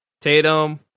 Tatum